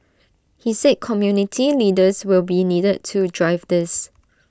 he said community leaders will be needed to drive this